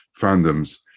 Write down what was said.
fandoms